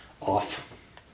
off